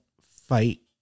fight